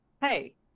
Hey